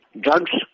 Drugs